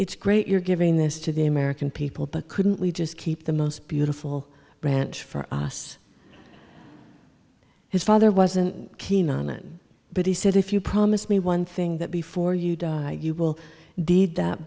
it's great you're giving this to the american people but couldn't we just keep the most beautiful ranch for us his father wasn't keen on it but he said if you promise me one thing that before you die you will deed that